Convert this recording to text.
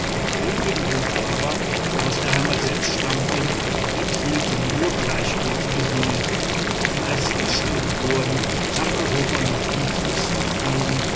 die übrigen briefe aber die aus der heimat selbst stammten enthielten nur gleichgültige dinge denn als sie geschrieben wurden lag europa noch im tiefsten frieden